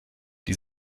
die